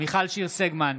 מיכל שיר סגמן,